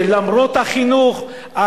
שלמרות החינוך,